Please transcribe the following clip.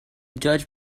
judge